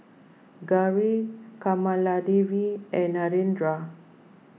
Gauri Kamaladevi and Narendra